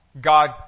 God